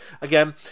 again